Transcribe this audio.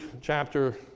chapter